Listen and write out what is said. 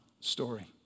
story